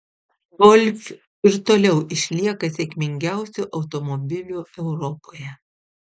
golf ir toliau išlieka sėkmingiausiu automobiliu europoje